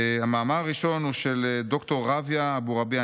המאמר הראשון הוא של ד"ר ראויה אבורביעה.